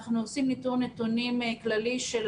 אנחנו עושים ניתור נתונים כללי של